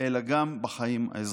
אלא גם בחיים האזרחיים.